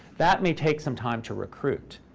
that may take some time to recruit.